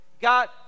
God